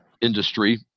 industry